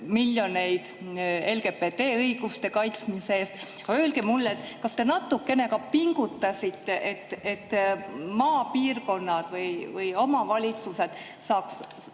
miljoneid LGBT õiguste kaitsmiseks. Öelge mulle, kas te natukene ka pingutasite, et maapiirkonnad või omavalitsused saaksid